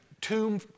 tomb